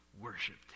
worshipped